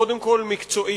קודם כול מקצועית,